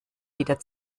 wieder